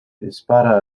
dispara